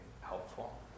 helpful